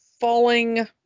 falling